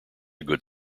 good